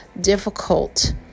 difficult